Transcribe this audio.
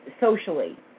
socially